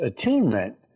attunement